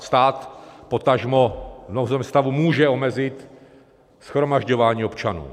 Stát potažmo v nouzovém stavu může omezit shromažďování občanů.